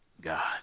God